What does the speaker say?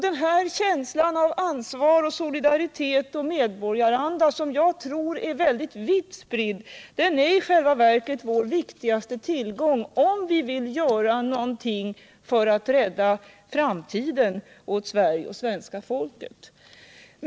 Denna känsla av ansvar och solidaritet och medborgaranda tror jag är vitt spridd. Den är vår viktigaste tillgång om vi skall kunna göra någonting för att rädda framtiden åt Sverige och det svenska folket.